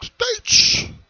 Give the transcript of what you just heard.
states